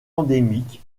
endémique